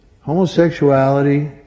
Homosexuality